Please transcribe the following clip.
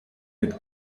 mit